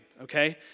Okay